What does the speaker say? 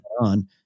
on